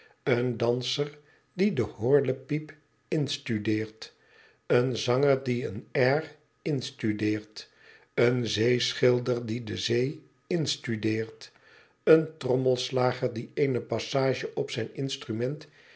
een danser die de horlepijp in studeert een zanger die een air in studeert een zeeschilder die de zee in studeert een trommelslager die eene passage op zijn instrument